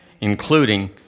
including